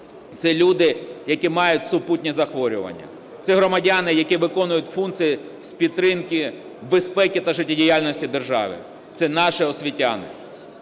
Це люди, які мають супутні захворювання. Це громадяни, які виконують функції з підтримки безпеки та життєдіяльності держави. Це наші освітяни.